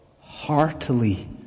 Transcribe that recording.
heartily